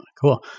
cool